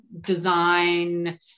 design